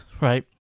right